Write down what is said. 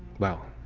well,